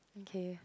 okay